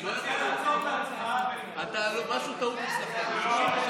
משהו, טעות אצלכם.